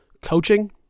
Coaching